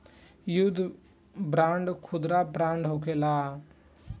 युद्ध बांड खुदरा बांड होखेला